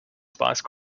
spice